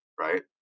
right